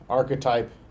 archetype